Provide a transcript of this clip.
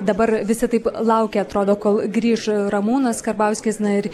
dabar visi taip laukė atrodo kol grįš ramūnas karbauskis na ir